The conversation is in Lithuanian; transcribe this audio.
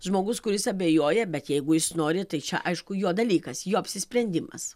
žmogus kuris abejoja bet jeigu jis nori tai čia aišku jo dalykas jo apsisprendimas